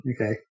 Okay